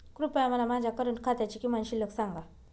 कृपया मला माझ्या करंट खात्याची किमान शिल्लक सांगा